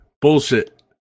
Bullshit